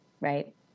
Right